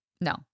No